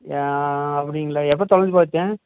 ஆ அப்படிங்களா எப்போ தொலைஞ்சு போச்சு